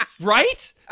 right